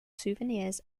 souvenirs